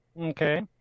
Okay